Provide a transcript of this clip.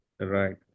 Right